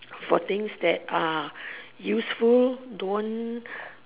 for things that uh useful don't